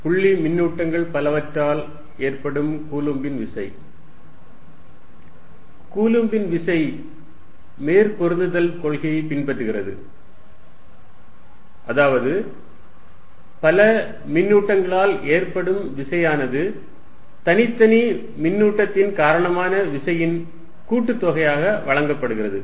புள்ளி மின்னூட்டங்கள் பலவற்றால் ஏற்படும் கூலும்பின் விசை கூலும்பின் விசை மேற்பொருந்துதல் கொள்கையைப் பின்பற்றுகிறது அதாவது பல மின்னூட்டங்களால் ஏற்படும் விசையானது தனித்தனி மின்னூட்டத்தின் காரணமான விசையின் கூட்டுத்தொகையாக வழங்கப்படுகிறது